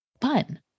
fun